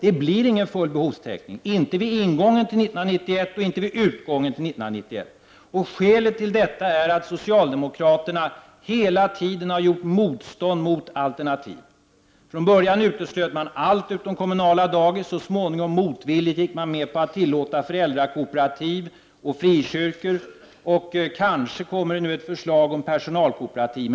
Det blir ingen full behovstäckning, inte vid ingången till 1991 och inte vid utgången av 1991, och skälet till detta är att socialdemokraterna hela tiden har gjort motstånd mot alternativ. Från början uteslöt man allt utom kommunala dagis. Så småningom, motvilligt, gick man med på att tillåta föräldrakooperativ och frikyrkor, och kanske kommer det nu ett förslag om personalkooperativ.